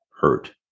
hurt